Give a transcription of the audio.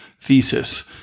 Thesis